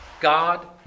God